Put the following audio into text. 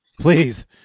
please